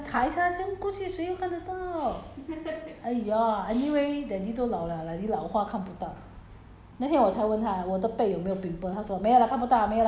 so 我我是通常是随便 lah 这样擦一下就过去谁会看得到 !aiya! anyway daddy 都老 liao daddy 老花看不到